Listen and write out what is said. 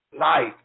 life